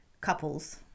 couples